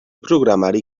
programari